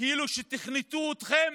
כאילו שתכנתו אתכם